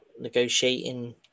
negotiating